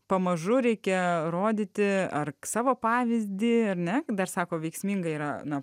pamažu reikia rodyti ar savo pavyzdį ar ne dar sako veiksminga yra na